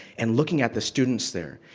and looking at the students there.